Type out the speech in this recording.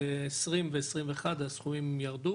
ב-2020 וב-2021 הסכומים האלה ירדו,